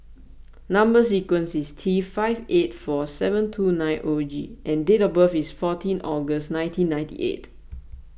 Number Sequence is T five eight four seven two nine zero G and date of birth is fourteen August nineteen ninety eight